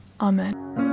Amen